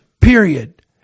period